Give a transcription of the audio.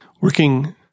working